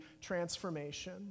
transformation